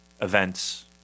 events